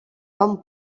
bon